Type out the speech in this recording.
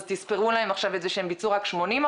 אז תיספרו להם עכשיו את זה שהם ביצעו רק 80%?